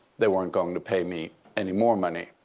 they weren't going to pay me any more money.